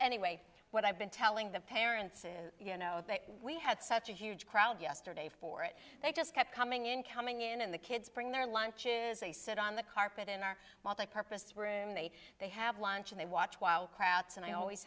anyway what i've been telling the parents is you know that we had such a huge crowd yesterday for it they just kept coming in coming in and the kids bring their lunches they sit on the carpet in our multipurpose room they they have lunch and they watch while krauts and i always